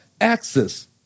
Access